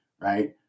right